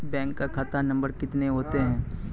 Bank का खाता number कितने होते हैं?